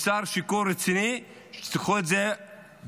משר שיכון רציני, שייקחו את זה ברצינות,